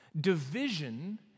Division